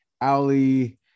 Ali